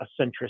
centrist